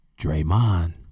Draymond